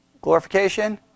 glorification